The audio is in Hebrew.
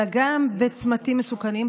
אלא גם בצמתים מסוכנים,